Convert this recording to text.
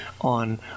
on